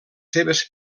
seves